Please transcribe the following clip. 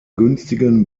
günstigen